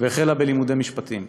והחלה בלימודי משפטים.